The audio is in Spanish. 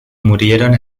murieron